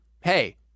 hey